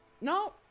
no